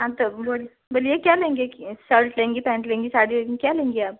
बोलिए क्या लेंगी कि शर्ट लेंगी पैंट लेंगी साड़ी लेंगी क्या लेंगी आप